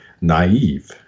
naive